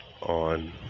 on